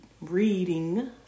reading